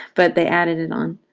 but they added it on.